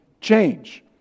change